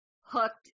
hooked